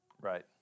Right